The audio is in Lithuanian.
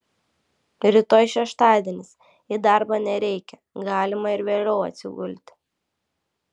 rytoj šeštadienis į darbą nereikia galima ir vėliau atsigulti